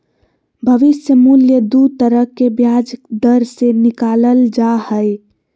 भविष्य मूल्य दू तरह के ब्याज दर से निकालल जा हय